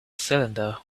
cylinder